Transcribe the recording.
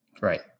Right